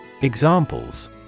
Examples